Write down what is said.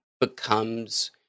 becomes